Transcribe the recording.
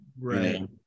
Right